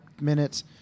minutes